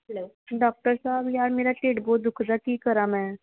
hello doctor ਸਾਹਿਬ ਯਾਰ ਮੇਰਾ ਢਿੱਡ ਬਹੁਤ ਦੁੱਖਦਾ ਕੀ ਕਰਾਂ ਮੈਂ